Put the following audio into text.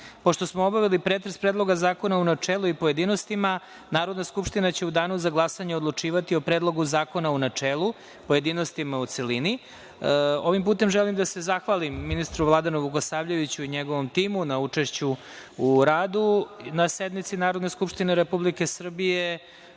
smo obavili pretres Predloga zakona u načelu i u pojedinostima, Narodna skupština će u danu za glasanje odlučivati o Predlogu zakona u načelu, pojedinostima i u celini. Ovim putem želim da se zahvalim ministru Vladanu Vukosavljeviću i njegovom timu na učešću u radu na sednici Narodne skupštine Republike Srbije